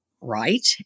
right